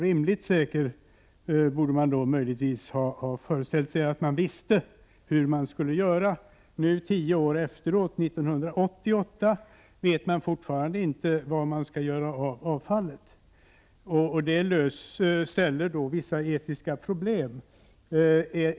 Möjligen visste man rimligt säkert hur man skulle göra. Nu tio år efteråt vet man fortfarande inte vad man skall göra med avfallet. Det reser vissa etiska problem.